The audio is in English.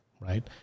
right